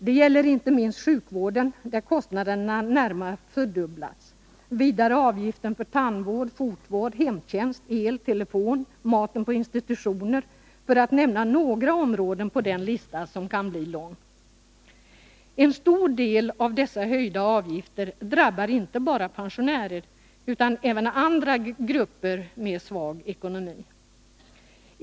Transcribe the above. Det gäller inte minst sjukvården, där kostnaden närmare fördubblats, vidare avgiften för tandvård, fotvård, hemtjänst, el, telefon, maten på institutioner, för att nämna några områden på denna lista, som kan bli lång. En stor del av de höjda avgifterna drabbar inte bara pensionärer utan även andra grupper med svag ekonomi.